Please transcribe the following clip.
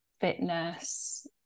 fitness